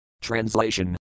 Translation